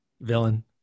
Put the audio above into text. Villain